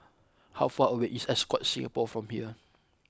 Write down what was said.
how far away is Ascott Singapore from here